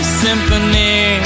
symphony